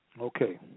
Okay